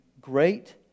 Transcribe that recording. great